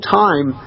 time